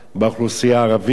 באוכלוסייה הערבית,